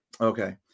Okay